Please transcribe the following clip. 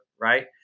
right